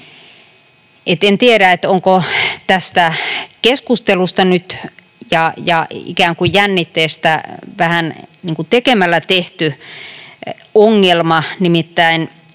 en tiedä, onko tästä keskustelusta ja ikään kuin jännitteestä nyt vähän niin kuin tekemällä tehty ongelma. Nimittäin,